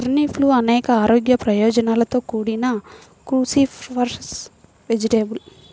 టర్నిప్లు అనేక ఆరోగ్య ప్రయోజనాలతో కూడిన క్రూసిఫరస్ వెజిటేబుల్